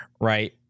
right